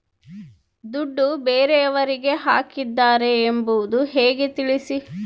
ದುಡ್ಡು ಬೇರೆಯವರಿಗೆ ಹಾಕಿದ್ದಾರೆ ಎಂಬುದು ಹೇಗೆ ತಿಳಿಸಿ?